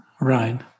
Right